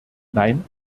nein